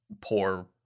poor